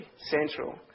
central